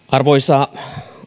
arvoisa